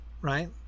right